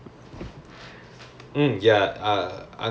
oh you all did some project thing is it like a re~